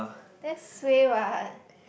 that's suay what